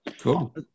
Cool